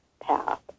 path